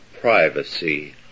privacy